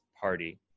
party